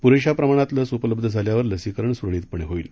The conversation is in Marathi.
पुरेशा प्रमाणात लस उपलब्ध झाल्यावर लसीकरण सुरळीतपणे होईल